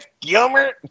Gilmer